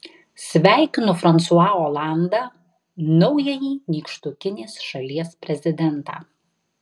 sveikinu fransua olandą naująjį nykštukinės šalies prezidentą